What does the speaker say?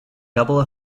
double